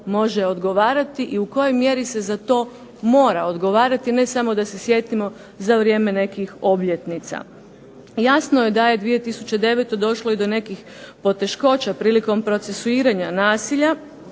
može odgovarati i u kojoj mjeri se za to mora odgovarati. Jer ne samo da se sjetimo za vrijeme nekih obljetnica. Jasno je da je 2009. došlo i do nekih poteškoća prilikom procesuiranja nasilja